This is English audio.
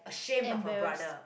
embarrassed